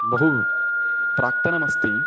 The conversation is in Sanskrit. बहु प्राक्तनमस्ति